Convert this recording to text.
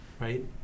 right